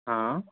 ہاں